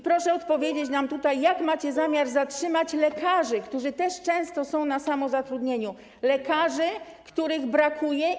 Proszę odpowiedzieć nam, jak macie zamiar zatrzymać lekarzy, którzy też często są na samozatrudnieniu i których brakuje.